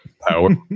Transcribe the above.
power